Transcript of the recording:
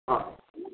हँ